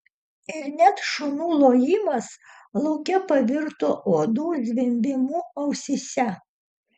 ir net šunų lojimas lauke pavirto uodų zvimbimu ausyse